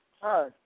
Hi